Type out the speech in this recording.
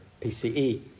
PCE